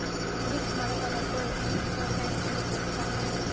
Disc మడకలతో వ్యవసాయం చేసుకోవచ్చా??